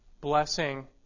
blessing